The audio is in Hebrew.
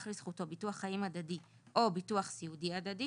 לזכותו ביטחון חיים הדדי או ביטוח סיעודי הדדי,